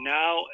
now